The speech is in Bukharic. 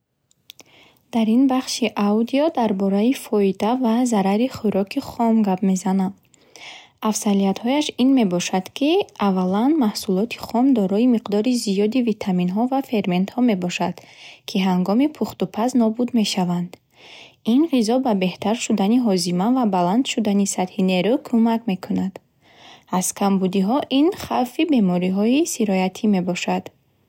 Дар ин бахши аудио дар бораи фоида ва зарари хӯроки хом гап мезанам. Афзалиятҳояш ин мебошад, ки аввалан, маҳсулоти хом дорои миқдори зиёди витаминҳо ва ферментҳо мебошанд, ки ҳангоми пухтупаз нобуд мешаванд. Ин ғизо ба беҳтар шудани ҳозима ва баланд шудани сатҳи нерӯ кӯмак мекунад. Аз камбудиҳо ин хавфи бемориҳои сироятӣ мебошад.